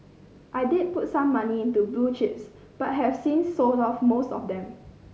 I did put some money into blue chips but have since sold off most of them